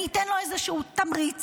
אני אתן לו איזשהו תמריץ,